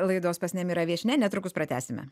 laidos pas nemirą viešnia netrukus pratęsime